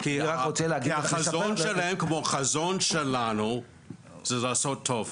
כי החזון שלהם כמו החזון שלנו לעשות טוב.